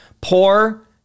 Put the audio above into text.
poor